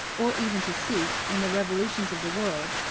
or even to seek, in the revolutions of the world,